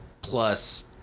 plus